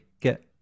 get